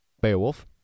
Beowulf